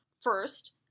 first